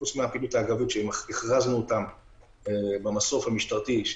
חוץ מהפעילות האגבית שהכרזנו אותם במסוף המשטרתי,